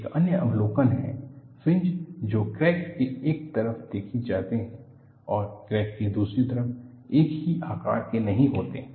एक अन्य अवलोकन है फ्रिंज जो क्रैक के एक तरफ देखे जाते हैं और क्रैक के दूसरी तरफ एक ही आकार के नहीं होते हैं